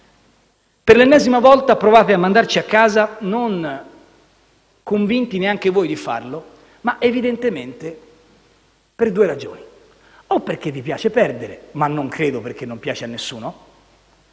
Per l'ennesima volta provate a mandarci a casa non convinti neanche voi di farlo, ma evidentemente per due ragioni: o perché vi piace perdere (ma non credo perché non piace a nessuno),